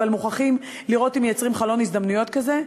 אבל מוכרחים לראות אם מייצרים חלון הזדמנויות כזה.